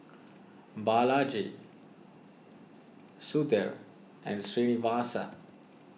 Balaji Sudhir and Srinivasa